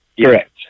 Correct